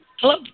Hello